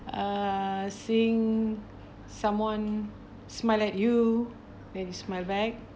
uh seeing someone smile at you that is my bad